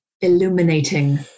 illuminating